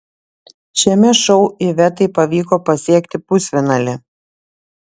šiame šou ivetai pavyko pasiekti pusfinalį